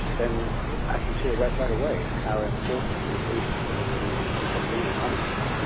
then i can see ah right right away how important it would have been for this committee to have been anonymous,